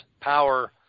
power